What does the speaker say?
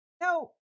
No